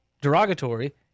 derogatory